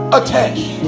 attached